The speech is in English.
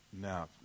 now